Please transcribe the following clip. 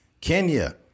kenya